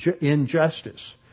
injustice